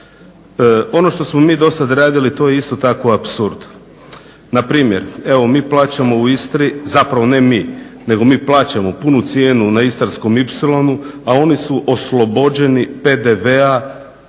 Ono što smo mi do sad radili to je isto tako apsurd. Na primjer, evo mi plaćamo u Istri, zapravo ne mi, nego mi plaćamo punu cijenu na Istarskom ipsilonu, a oni su oslobođeni PDV-a